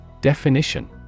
Definition